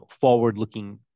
forward-looking